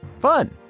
Fun